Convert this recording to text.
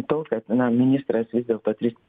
to kad na ministras vis dėlto tris